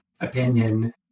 opinion